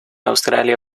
australia